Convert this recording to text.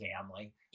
family